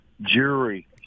jury